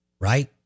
Right